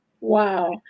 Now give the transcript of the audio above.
Wow